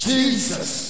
Jesus